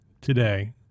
today